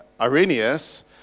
Irenaeus